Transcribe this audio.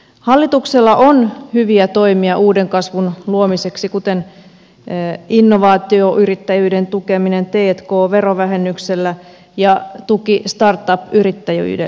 hallituksella on hyviä toimia uuden kasvun luomiseksi kuten innovaatioyrittäjyyden tukeminen t k verovähennyksellä ja tuki start up yrittäjyydelle